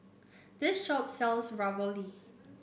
this shop sells Ravioli